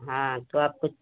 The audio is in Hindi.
हाँ तो आप ख़ुद